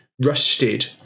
rusted